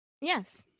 Yes